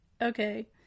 Okay